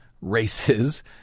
races